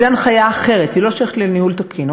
זו הנחיה אחרת, והיא לא שייכת לניהול תקין.